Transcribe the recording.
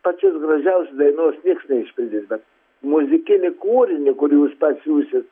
pačios gražiausio dainos nieks neišpildys bet muzikinį kūrinį kur jūs pasiųsit